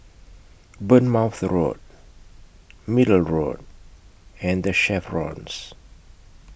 Bournemouth Road Middle Road and The Chevrons